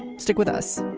stick with us